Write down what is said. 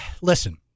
Listen